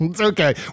Okay